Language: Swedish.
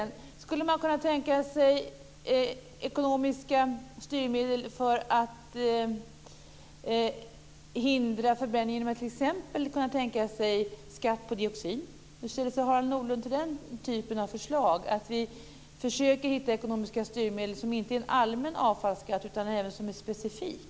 Går det att tänka sig ekonomiska styrmedel för att hindra förbränningen? Går det att tänka sig skatt på dioxin? Hur ställer sig Harald Nordlund till den typen av förslag, dvs. att vi försöker att hitta ekonomiska styrmedel som inte är en allmän avfallsskatt utan även är specifik?